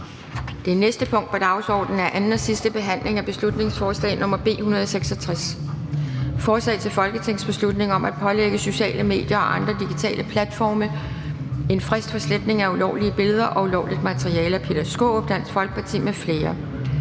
Det næste punkt på dagsordenen er: 39) 2. (sidste) behandling af beslutningsforslag nr. B 166: Forslag til folketingsbeslutning om at pålægge sociale medier og andre digitale platforme en frist for sletning af ulovlige billeder og ulovligt materiale. Af Peter Skaarup (DF) m.fl.